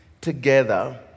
together